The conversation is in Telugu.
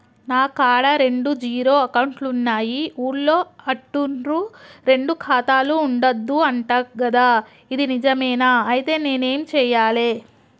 నా కాడా రెండు జీరో అకౌంట్లున్నాయి ఊళ్ళో అంటుర్రు రెండు ఖాతాలు ఉండద్దు అంట గదా ఇది నిజమేనా? ఐతే నేనేం చేయాలే?